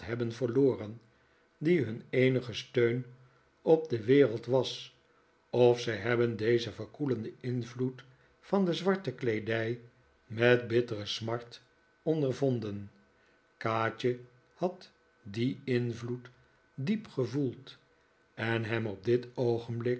hebben verloren die hun eenige steun op de wereld was of zij hebben dezen verkoelenden invloed van de zwarte kleedij met bittere smart ondervonden kaatje had dien invloed diep gevoeld en hem op dit oogenblik